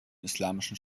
islamischen